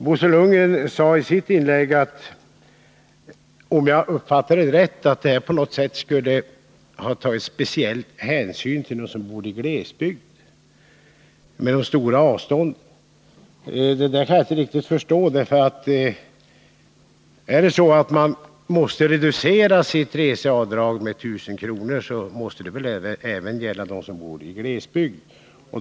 Bo Lundgren sade i sitt inlägg, om jag uppfattade honom rätt, att man i samband med förslaget om denna avdragsbegränsning skulle ha tagit speciell hänsyn till dem som bor i glesbygd med stora avstånd. Jag kan inte riktigt förstå det, för om det är så att reseavdraget skall reduceras med 1 000 kr., måste det väl gälla även för dem som bor i glesbygd.